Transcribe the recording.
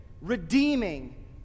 redeeming